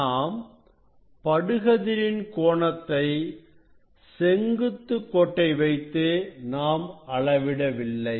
நாம் படு கதிரின் கோணத்தை செங்குத்து கோட்டை வைத்து நாம் அளவிட வில்லை